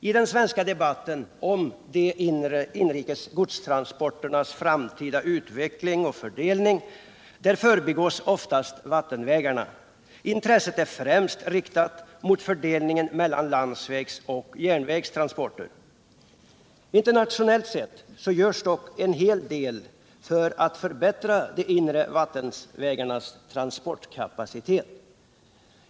I den svenska debatten om de inrikes godstransporternas framtida utveckling och fördelning förbigås oftast vattenvägarna. Intresset är främst riktat mot fördelningen mellan landsvägsoch järnvägstransporter. Internationellt görs en hel del för att förbättra de inre vattenvägarnas transportkapacitet.